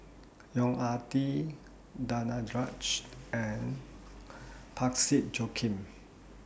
Yong Ah Kee Danaraj and Parsick Joaquim